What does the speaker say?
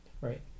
Right